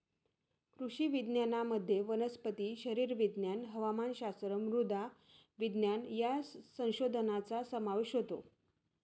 कृषी विज्ञानामध्ये वनस्पती शरीरविज्ञान, हवामानशास्त्र, मृदा विज्ञान या संशोधनाचा समावेश होतो